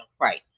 Right